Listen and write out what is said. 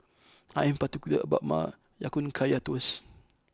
I am particular about my Ya Kun Kaya Toast